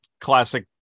classic